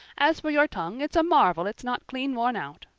as for your tongue, it's a marvel it's not clean worn out.